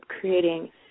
creating